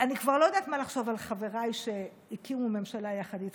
אני כבר לא יודעת מה לחשוב על חבריי שהקימו ממשלה יחד איתך,